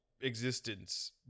existence